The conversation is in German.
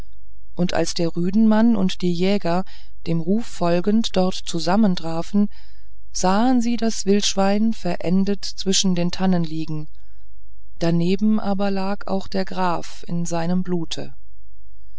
und als der rüdenmann und die jäger dem rufe folgend dort zusammentrafen sahen sie das wildschwein verendet zwischen den tannen liegen daneben aber lag auch der graf in seinem blute